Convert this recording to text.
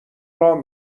راه